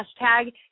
hashtag